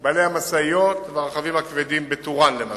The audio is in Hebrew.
בעלי המשאיות ובעלי הרכבים הכבדים בטורעאן, למשל.